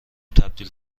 تبدیل